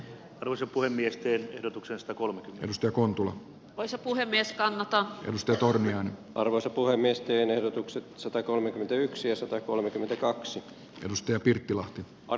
rusin puhemiesten ehdotuksesta kolme yritystä kontula olisi puhemies kannattaa yhdistää torni on arvoisa puhemiesteen ehdotukset satakolmekymmentäyksi satakolmekymmentäkaksi lusty pirttilahti on